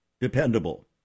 dependable